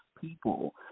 people